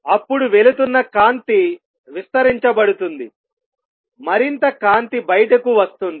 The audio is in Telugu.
అప్పుడు వెళుతున్న కాంతి విస్తరించబడుతుందిమరింత కాంతి బయటకు వస్తుంది